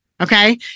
Okay